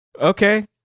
Okay